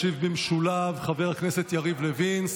ישיב במשולב חבר הכנסת יריב לוין,